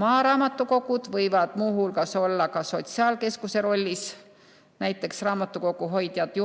Maaraamatukogud võivad muu hulgas olla ka sotsiaalkeskuse rollis, näiteks raamatukoguhoidjad